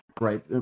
right